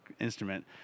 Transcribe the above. instrument